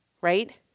right